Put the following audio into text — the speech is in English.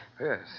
Yes